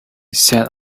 set